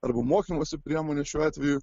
arba mokymosi priemonę šiuo atveju